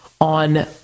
on